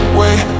wait